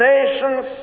Nations